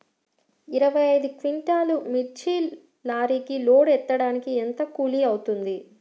ఇరవై ఐదు క్వింటాల్లు మిర్చి లారీకి లోడ్ ఎత్తడానికి ఎంత కూలి అవుతుంది?